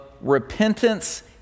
repentance